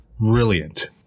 brilliant